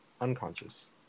unconscious